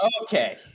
Okay